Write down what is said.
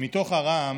מתוך הרעם